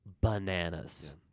bananas